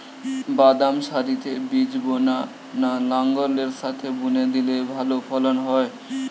বাদাম সারিতে বীজ বোনা না লাঙ্গলের সাথে বুনে দিলে ভালো ফলন হয়?